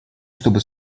чтобы